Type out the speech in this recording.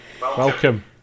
welcome